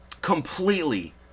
completely